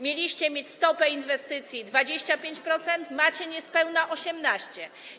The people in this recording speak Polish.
Mieliście mieć stopę inwestycji 25%, macie niespełna 18.